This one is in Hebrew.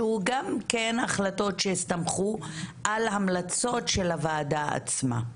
שהוא גם כן החלטות שהסתמכו על המלצות של הוועדה עצמה.